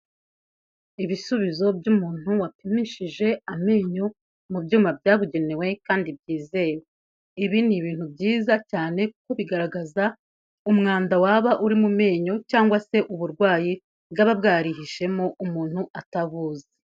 Ibisubizo by'umuntu wapimishije amenyo mu byuma byabugenewe kandi byizewe, ibi ni ibintu byiza cyane kuko bigaragaza umwanda waba uri mu menyo cyangwa se uburwayi bwaba bwarihishemo umuntu atabuzi.